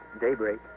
Daybreak